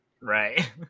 Right